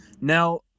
now